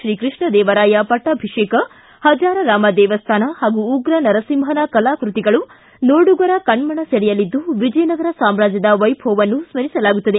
ಶ್ರೀಕೃಷ್ಣದೇವರಾಯ ಪಟ್ಟಾಭಿಷೇಕ ಪಜಾರರಾಮ ದೇವಸ್ಥಾನ ಹಾಗೂ ಉಗ್ರ ನರಸಿಂಹನ ಕಲಾಕೃತಿಗಳು ನೋಡುಗರ ಕಣ್ಣನ ಸೆಳೆಯಲಿದ್ದು ವಿಜಯನಗರ ಸಾಮ್ರಾಜ್ಯದ ವೈಭವವನ್ನು ಸ್ಮರಿಸಲಾಗುತ್ತದೆ